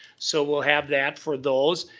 so, we'll have that for those.